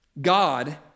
God